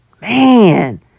Man